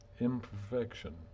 imperfection